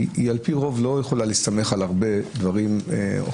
היא על פי רוב לא יכולה להסתמך על הרבה דברים והוכחות.